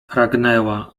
pragnęła